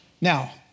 Now